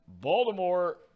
Baltimore